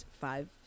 five